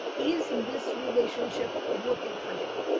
is this relationship working for me?